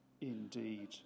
indeed